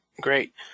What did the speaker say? Great